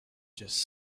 just